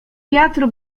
wiatru